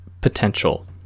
potential